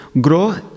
grow